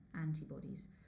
antibodies